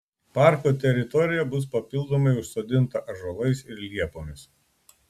parko teritorija bus papildomai užsodinta ąžuolais ir liepomis